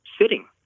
sitting